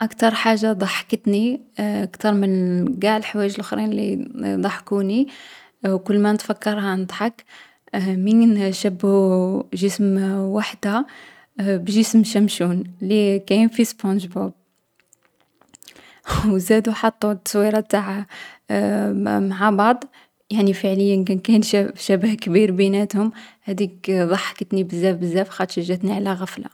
أكتر حاجة ضحكتني كثر من قاع لحوايج لخرين لي ضحكوني، و كلما نتفكرها نضحك من شبهو جسم وحدة بجسم شمشون لي كاين في سبونج بوب. و زادو حطو تصويرة نتاعـ مع بعض، يعني فعليا كان كاين شبه كبير بيناتهم. هاذيك ضحكتني بزاف بزاف خاطش جاتني على غفلة.